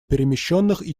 перемещенных